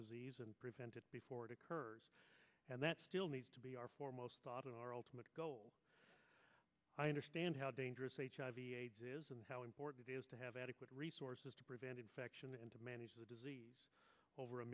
disease and prevent it before it occurs and that still needs to be our foremost thought on our ultimate goal i understand how dangerous it is and how important is to have adequate resources to prevent infection and to manage the disease over a